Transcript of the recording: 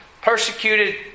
persecuted